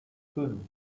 fünf